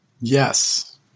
Yes